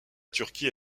turquie